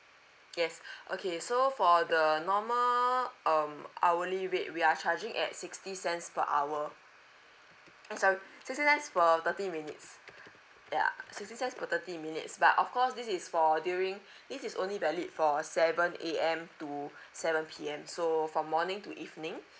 yes okay so for the normal um hourly rate we are charging at sixty cents per hour eh sorry sixty cents for thirty minutes yeah sixty cents for thirty minutes but of course this is for during this is only valid for seven A_M to seven P_M so from morning to evening